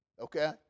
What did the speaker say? Okay